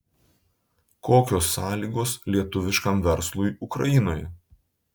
kokios sąlygos lietuviškam verslui ukrainoje